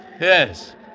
Yes